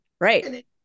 Right